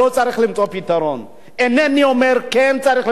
כן צריך למצוא פתרון, הם צריכים לחזור הביתה.